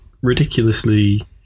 ridiculously